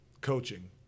coaching